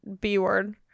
B-word